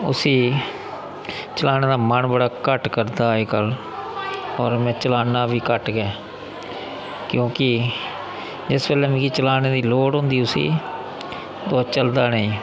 उस्सी चलाने दा मन बड़ा घट्ट करदा ऐ अजकल होर में चलाना बी घट्ट गै क्योंकि जिस बेल्लै मिगी चलाने दी लोड़ होंदी उसी ओह् चलदा नेईं